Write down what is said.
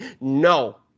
no